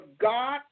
God